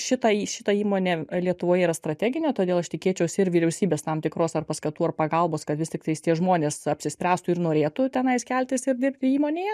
šitą į šitą įmonė lietuvoje yra strateginė todėl aš tikėčiausi ir vyriausybės tam tikros ar paskatų ar pagalbos kad vis tiktais tie žmonės apsispręstų ir norėtų tenais keltis ir dirbti įmonėje